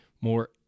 more